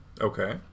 okay